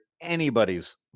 anybody's